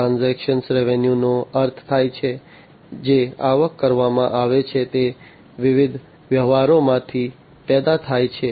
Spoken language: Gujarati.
તેથી ટ્રાન્ઝેક્શન રેવન્યુનો અર્થ થાય છે જે આવક કરવામાં આવે છે તે વિવિધ વ્યવહારોમાંથી પેદા થાય છે